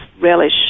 relish